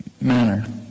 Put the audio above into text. manner